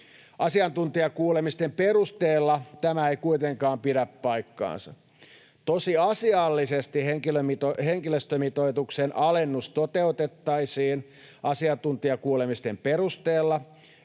Asiantuntijakuulemisten perusteella tämä ei kuitenkaan pidä paikkaansa. Tosiasiallisesti henkilöstömitoituksen alennus toteutettaisiin asiantuntijakuulemisten perusteella